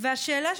של השנה הקודמת.